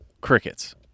Crickets